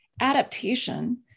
adaptation